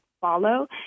follow